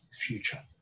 future